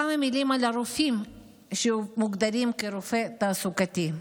כמה מילים על הרופאים שמוגדרים רופא תעסוקתי.